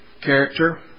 character